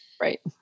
Right